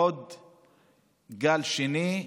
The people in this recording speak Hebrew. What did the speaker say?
גל שני,